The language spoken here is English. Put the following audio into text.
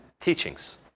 teachings